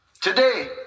today